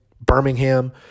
Birmingham